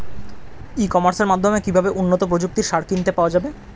ই কমার্সের মাধ্যমে কিভাবে উন্নত প্রযুক্তির সার কিনতে পাওয়া যাবে?